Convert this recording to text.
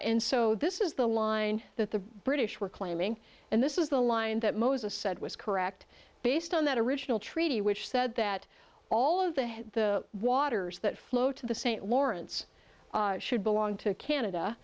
and so this is the line that the british were claiming and this is the line that moses said was correct based on that original treaty which said that all of the waters that flow to the st lawrence should belong to canada